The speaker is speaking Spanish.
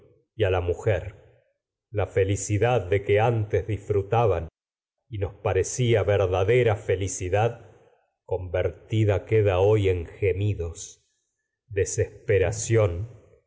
y y a la mujer la felicidad de que parecía disfrutaban nos verdadera felicidad convertida te queda hoy en gemidos desesperación